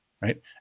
Right